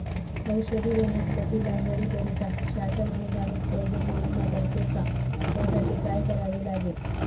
औषधी वनस्पती लागवडीकरिता शासन अनुदानित कर्ज पुरवठा करते का? त्यासाठी काय करावे लागेल?